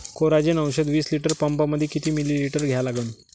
Coragen औषध विस litre पंपामंदी किती मिलीमिटर घ्या लागन?